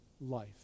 life